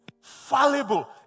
fallible